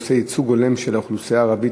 ההצעה להעביר את הנושא לוועדת החינוך,